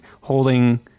holding